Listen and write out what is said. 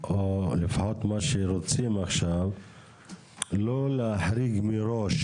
או לפחות מה שרוצים עכשיו לא להחריג מראש